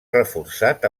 reforçat